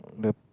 loop